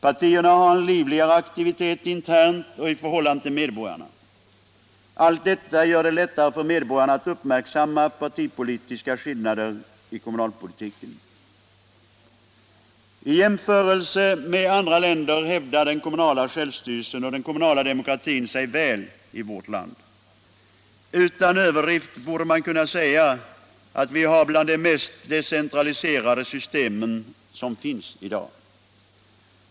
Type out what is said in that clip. Partierna har en livligare aktivitet internt och i förhållande till medborgarna. Allt detta gör det lättare för medborgarna att uppmärksamma partipolitiska skillnader i kommunalpolitiken. Vid en jämförelse med andra länder hävdar sig den kommunala självstyrelsen och den kommunala demokratin i vårt land väl. Utan överdrift borde man kunna säga att vi har ett av de mest decentraliserade systemen som finns i dag.